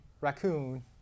raccoon